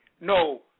no